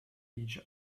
each